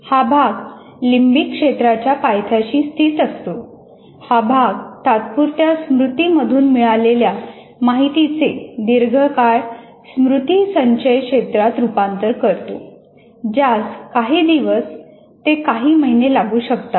हा भाग लिम्बिक क्षेत्राच्या पायथ्याशी स्थित असतो हा भाग तात्पुरत्या स्मृती मधून मिळालेल्या माहितीचे दीर्घकाळ स्मृती संचय क्षेत्रात रूपांतर करतो ज्यास काही दिवस ते काही महिने लागू शकतात